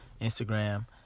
Instagram